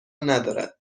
ندارد